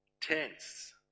tense